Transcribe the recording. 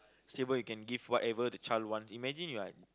stable you can give whatever the child want imagine you are